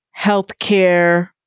healthcare